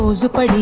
super